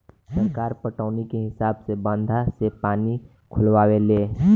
सरकार पटौनी के हिसाब से बंधा से पानी खोलावे ले